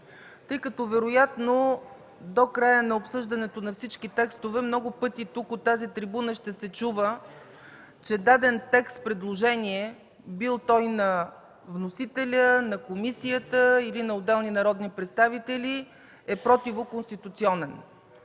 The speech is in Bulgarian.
тъй като вероятно до края на обсъждането на всички текстове много пъти тук, от тази трибуна, ще се чува, че даден текст предложение – бил той на вносителя, на комисията или на отделни народни представители, е противоконституционен.